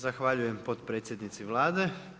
Zahvaljujem potpredsjednici Vlade.